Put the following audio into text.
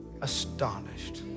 astonished